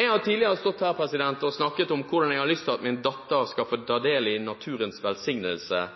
Jeg har tidligere stått her og snakket om at jeg har lyst til at min datter skal få ta del i naturens velsignelse